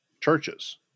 churches